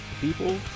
people